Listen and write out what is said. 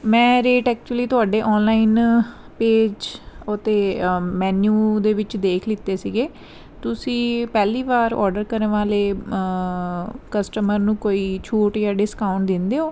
ਮੈਂ rate actually ਤੁਹਾਡੇ online page ਅਤੇ ਮੈਨਯੂ ਦੇ ਵਿੱਚ ਦੇਖ ਲਿਤੇ ਸੀਗੇ ਤੁਸੀਂ ਪਹਿਲੀ ਵਾਰ ਓਰਡਰ ਕਰਨ ਵਾਲੇ ਕਸਟਮਰ ਨੂੰ ਕੋਈ ਛੂਟ ਜਾਂ ਡਿਸਕਾਊਂਟ ਦਿੰਦੇ ਹੋ